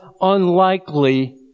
unlikely